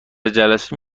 جلسه